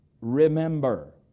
remember